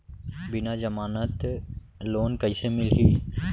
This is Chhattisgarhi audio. बिना जमानत लोन कइसे मिलही?